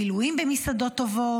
בילויים במסעדות טובות,